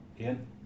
Ian